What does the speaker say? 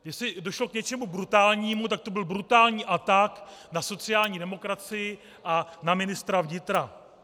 Jestli došlo k něčemu brutálnímu, tak to byl brutální atak na sociální demokracii a na ministra vnitra.